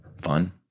Fun